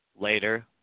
later